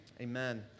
Amen